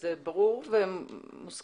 זה ברור ומוסכם,